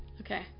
Okay